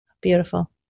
Beautiful